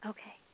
Okay